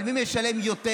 אבל אם נשלם יותר